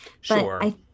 Sure